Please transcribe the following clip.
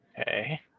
Okay